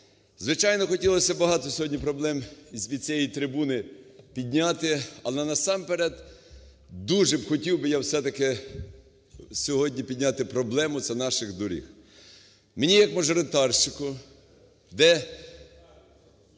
Звичайно, хотілося багато сьогодні проблем з цієї трибуни підняти, але насамперед дуже хотів би я все-таки сьогодні підняти проблему – це наших доріг. Мені як мажоритарщику, де